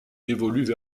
évoluent